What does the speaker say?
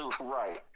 right